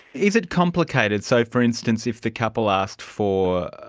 is it complicated, so, for instance, if the couple asked for,